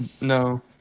No